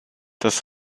das